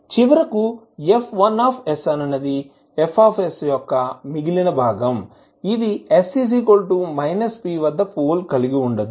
చివరి F1 అనునది F యొక్క మిగిలిన భాగం ఇది s −p వద్ద పోల్ కలిగి ఉండదు